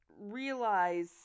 realize